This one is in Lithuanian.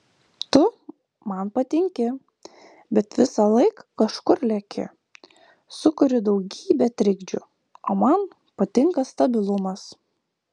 tu man patinki bet visąlaik kažkur leki sukuri daugybę trikdžių o man patinka stabilumas